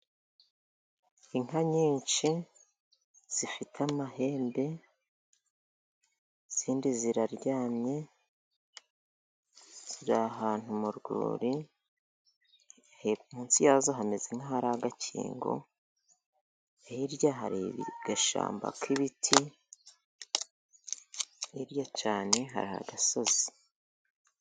Inka nyinshi zifite amahembe, izindi ziraryamye ziri ahantu mu rwuri, munsi yazo hameze nk'ahari agakingo , hirya hari agashyamba k'ibiti ,hirya cyane hari agasozi.